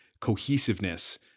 cohesiveness